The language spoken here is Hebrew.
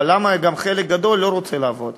אבל למה חלק גדול לא רוצה לעבוד?